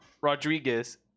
Rodriguez